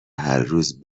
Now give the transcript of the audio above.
هرروز